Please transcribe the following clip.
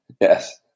Yes